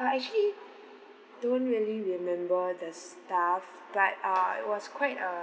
uh actually don't really remember the staff but uh it was quite a